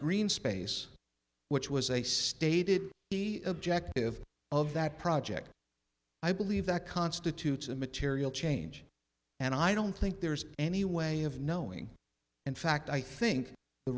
green space which was a stated be objective of that project i believe that constitutes a material change and i don't think there's any way of knowing in fact i think the